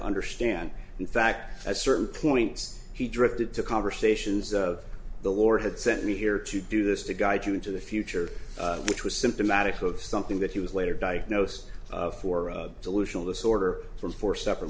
understand in fact at certain points he drifted to conversations of the war had sent me here to do this to guide you into the future which was symptomatic of something that he was later diagnosed for delusional disorder from for s